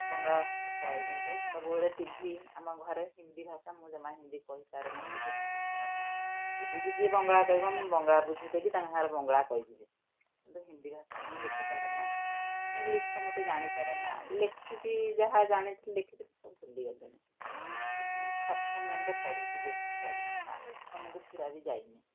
ବଙ୍ଗଳା ଭାଷା କହେ କିନ୍ତୁ ସବୁବେଳେ ଟିଭି ଆମ ଘରେ ହିନ୍ଦୀ ଭାଷା ମୁଁ ଜମା ହିନ୍ଦୀ କହିପାରେ ନା କି ବୁଝିପାରେ ନା ଏବେବି ଯିଏ ବଙ୍ଗଳା କହିବ ମୁଁ ବଙ୍ଗଳା ବୁଝିଦେବି ତାଙ୍କ ସାଙ୍ଗରେ ବଙ୍ଗଳା କହିଯିବି କିନ୍ତୁ ହିନ୍ଦୀ ଭାଷା ମୁଁ ବୁଝିପାରେ ନା ଇଂଲିଶ୍ ତ ମୋତେ ଜାଣିପାରେ ନା ଲେଖିବି ଯାହା ଜାଣିଥିଲି ଲେଖିଥିଲି ସବୁ ଭୁଲିଗଲିନି ଖୁବ୍ ସପ୍ତମ ଯାକେ ପଢ଼ିଛି ବେଶୀ ପଢ଼ିନି ମାଆ ସପ୍ତମକୁ ପୁରା ବି ଯାଇନି